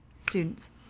students